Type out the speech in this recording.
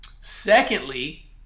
Secondly